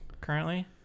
currently